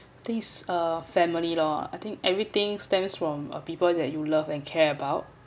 these uh family lor I think everything stands from uh people that you love and care about